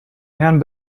herrn